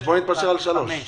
בואו נתפשר על שלוש שנים.